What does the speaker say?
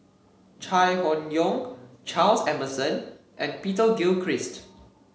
Chai Hon Yoong Charles Emmerson and Peter Gilchrist